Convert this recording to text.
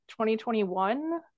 2021